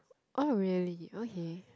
oh really okay